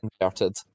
inverted